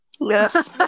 Yes